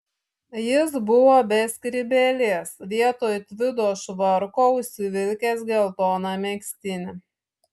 jis buvo be skrybėlės vietoj tvido švarko užsivilkęs geltoną megztinį